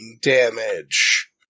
damage